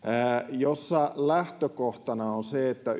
jossa lähtökohtana on se että